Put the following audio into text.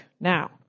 Now